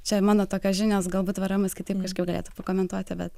čia mano tokios žinios galbūt veremas kitaip kažkaip galėtų pakomentuoti bet